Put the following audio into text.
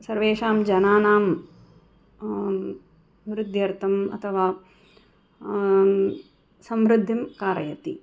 सर्वेषां जनानां वृद्ध्यर्थम् अथवा समृद्धिं कारयति